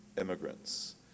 immigrants